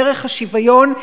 בערך השוויון,